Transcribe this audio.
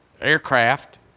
aircraft